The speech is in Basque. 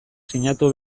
sinatu